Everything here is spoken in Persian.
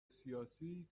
سیاسی